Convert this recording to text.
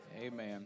Amen